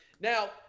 Now